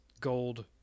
gold